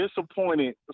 disappointed